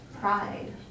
pride